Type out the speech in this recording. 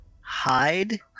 hide